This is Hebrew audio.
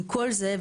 עם כל זה,